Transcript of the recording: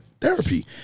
therapy